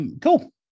Cool